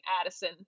Addison